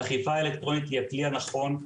אכיפה אלקטרונית היא הכלי הנכון,